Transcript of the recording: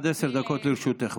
עד עשר דקות לרשותך.